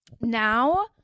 Now